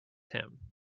him